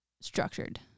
structured